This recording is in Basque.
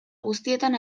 guztietan